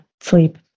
sleep